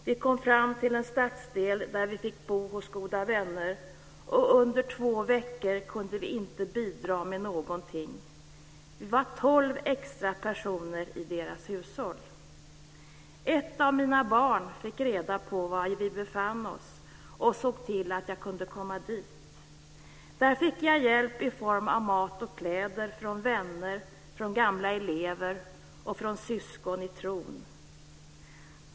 Vi kom fram till en stadsdel där vi fick bo hos goda vänner och under två veckor kunde vi inte bidra med någonting. Vi var tolv extra personer i deras hushåll. Ett av mina barn fick reda på var vi befann oss och såg till att jag kunde komma dit. Där fick jag hjälp i form av mat och kläder från vänner, från gamla elever och från syskon i tron.